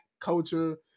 culture